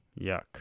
Yuck